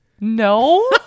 No